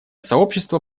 сообщество